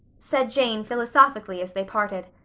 said jane philosophically as they parted.